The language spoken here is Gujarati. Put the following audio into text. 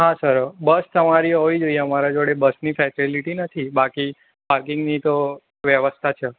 હા સર બસ તમારી જોડે હોવી જોઈએ અમારા જોડે બસની ફેસેલીટી નથી બાકી પાર્કિંગની તો વ્યવસ્થા છે